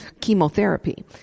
chemotherapy